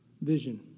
vision